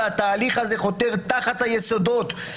והתהליך הזה חותר תחת היסודות,